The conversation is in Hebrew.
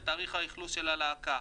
ותאריך האכלוס של הלהקה,